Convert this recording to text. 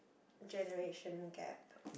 generation gap